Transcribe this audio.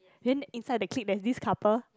then inside the clique there's this couple